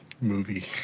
movie